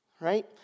right